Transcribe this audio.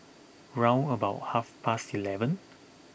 round about half past eleven